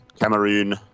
Cameroon